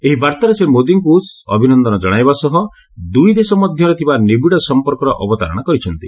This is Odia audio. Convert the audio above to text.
ଏହି ବାର୍ତ୍ତାରେ ସେ ଶ୍ରୀ ମୋଦୀଙ୍କୁ ଅଭିନନ୍ଦନ କଶାଇବା ସହ ଦୁଇ ଦେଶ ମଧ୍ୟରେ ଥିବା ନିବିଡ ସମ୍ପର୍କର ଅବତାରଣା କରିଛନ୍ତି